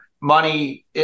money